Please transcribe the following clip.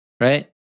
Right